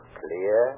clear